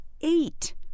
eight